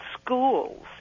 schools